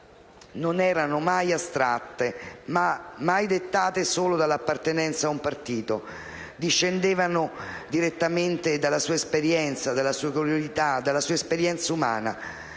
non erano mai astratte, mai dettate solo dall'appartenenza a un partito: discendevano direttamente dalla sua esperienza professionale, dalla sua esperienza umana.